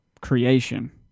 creation